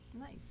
Nice